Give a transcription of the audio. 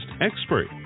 expert